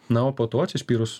na o po to atsispyrus